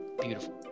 Beautiful